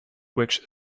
which